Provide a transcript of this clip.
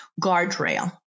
guardrail